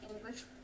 English